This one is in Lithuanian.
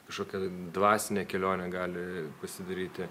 kažkokia dvasinė kelionė gali pasidaryti